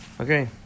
Okay